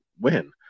win